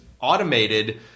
automated